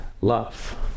love